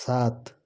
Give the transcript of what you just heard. साथ